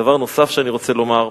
דבר נוסף שאני רוצה לומר: